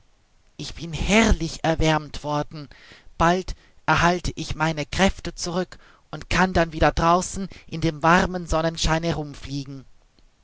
ich bin herrlich erwärmt worden bald erhalte ich meine kräfte zurück und kann dann wieder draußen in dem warmen sonnenschein herumfliegen